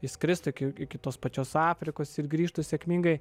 išskristų iki iki tos pačios afrikos ir grįžtų sėkmingai